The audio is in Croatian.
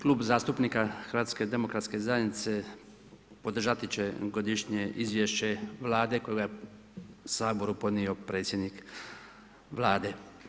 Klub zastupnika HDZ-a podržati će godišnje izvješće Vlade kojega je Saboru podnio predsjednik Vlade.